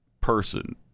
person